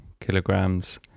kilograms